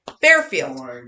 Fairfield